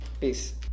Peace